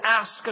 ask